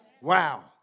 Wow